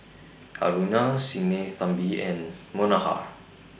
Aruna Sinnathamby and Manohar